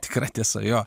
tikra tiesa jo